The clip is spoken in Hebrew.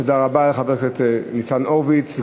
תודה רבה לחבר הכנסת ניצן הורוביץ.